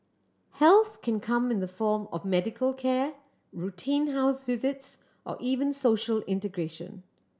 help can come in the form of medical care routine house visits or even social integration